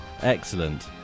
Excellent